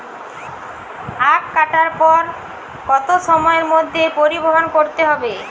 আখ কাটার পর কত সময়ের মধ্যে পরিবহন করতে হবে?